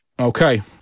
Okay